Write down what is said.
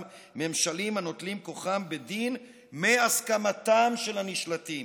ממשלים הנוטלים כוחם בדין מהסכמתם של הנשלטים.